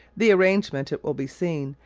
the arrangement, it will be seen,